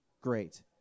Great